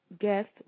Guest